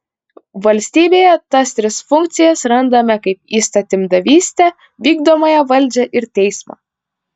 valstybėje tas tris funkcijas randame kaip įstatymdavystę vykdomąją valdžią ir teismą